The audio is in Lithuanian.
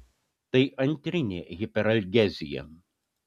tai antrinė hiperalgezija